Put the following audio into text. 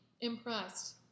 impressed